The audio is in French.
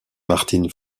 martin